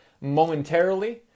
momentarily